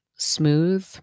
smooth